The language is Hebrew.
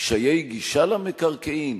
קשיי גישה למקרקעין?